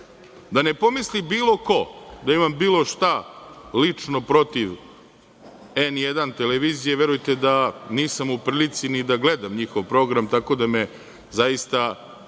ne pomisli bilo ko da imam bilo šta lično protiv N1 televizije, verujte da nisam u prilici ni da gledam njihov program, tako da me zaista